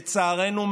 לצערנו,